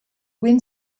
win